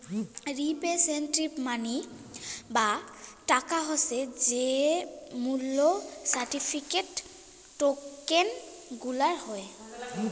representative money বা টাকা হসে যে মূল্য সার্টিফিকেট, টোকেন গুলার হই